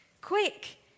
Quick